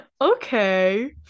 okay